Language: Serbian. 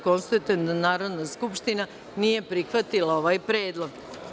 Konstatujem da Narodna skupština nije prihvatila ovaj predlog.